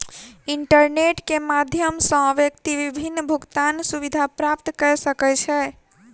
internet के माध्यम सॅ व्यक्ति विभिन्न भुगतान सुविधा प्राप्त कय सकै छै